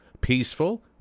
peaceful